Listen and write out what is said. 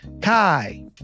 Kai